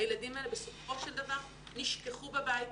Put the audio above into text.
הילדים האלה בסופו של דבר נשכחו בבית,